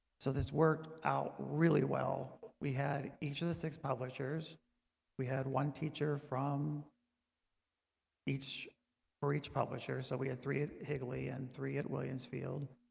so this worked out really well. we had each of the six publishers we had one teacher from each for each publisher so we had three higley and three at williams field